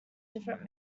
different